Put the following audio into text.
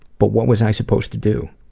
but what was i supposed to do?